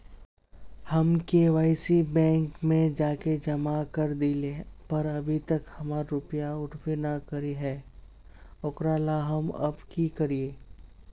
हम KYC bank में जाके जमा कर देलिए पर अभी तक हमर रुपया उठबे न करे है ओकरा ला हम अब की करिए?